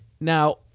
Now